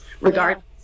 regardless